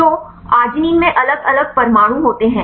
तो आर्गिनिन में अलग अलग परमाणु होते हैं